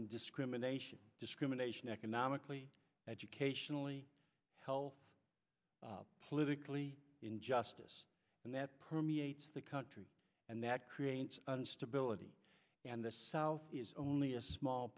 in discrimination discrimination economically educationally health politically injustice and that permeates the country and that creates instability and the south is only a small